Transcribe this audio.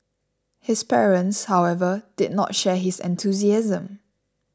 his parents however did not share his enthusiasm